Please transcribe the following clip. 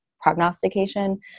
prognostication